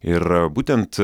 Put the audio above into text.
ir būtent